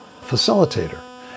facilitator